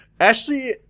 Ashley